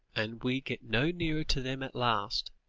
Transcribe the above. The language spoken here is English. and we get no nearer to them at last,